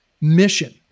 mission